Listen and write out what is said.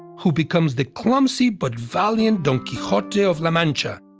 who becomes the clumsy but valiant don quixote of la mancha,